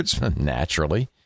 naturally